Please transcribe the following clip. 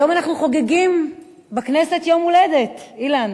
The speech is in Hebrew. היום אנחנו חוגגים בכנסת יום הולדת, אילן.